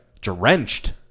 Drenched